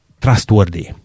trustworthy